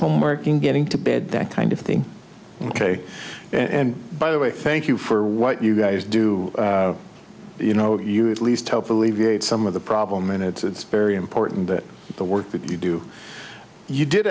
homework and getting to bed that kind of thing and by the way thank you for what you guys do you know you at least help alleviate some of the problem and it's very important that the work that you do you did